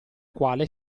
quale